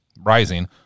rising